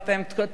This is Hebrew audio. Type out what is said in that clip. "תקוע",